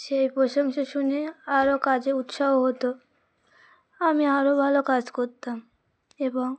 সেই প্রশংসা শুনে আরও কাজে উৎসাহ হতো আমি আরও ভালো কাজ করতাম এবং